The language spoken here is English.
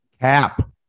Cap